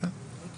כן.